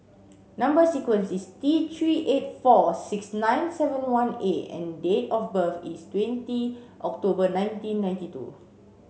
number sequence is T three eight four six nine seven one A and date of birth is twenty October nineteen ninety two